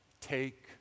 Take